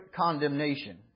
condemnation